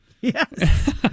Yes